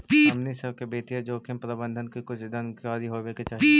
हमनी सब के वित्तीय जोखिम प्रबंधन के कुछ जानकारी होवे के चाहि